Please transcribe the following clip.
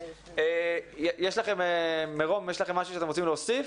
יש לכם משהו שאתם רוצים להוסיף?